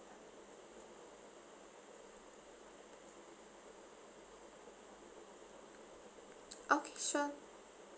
okay sure